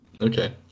Okay